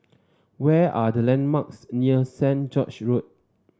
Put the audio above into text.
where are the landmarks near Saint George's Road